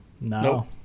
No